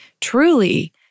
Truly